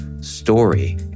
story